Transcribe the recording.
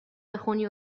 بخونی